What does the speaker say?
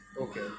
Okay